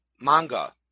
manga